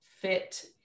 fit